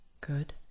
Good